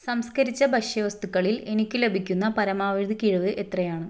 സംസ്കരിച്ച ഭക്ഷ്യവസ്തുക്കളിൽ എനിക്ക് ലഭിക്കുന്ന പരമാവധി കിഴിവ് എത്രയാണ്